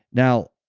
now,